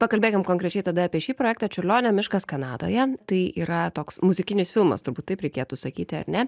pakalbėkim konkrečiai tada apie šį projektą čiurlionio miškas kanadoje tai yra toks muzikinis filmas turbūt taip reikėtų sakyti ar ne